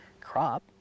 crop